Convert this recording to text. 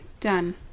done